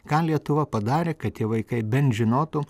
ką lietuva padarė kad tie vaikai bent žinotų